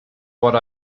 what